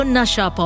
Nasha